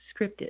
scripted